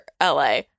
LA